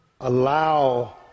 allow